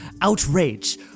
outrage